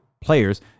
players